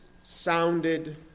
sounded